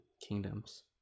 kingdoms